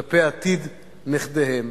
כלפי עתיד נכדיהם.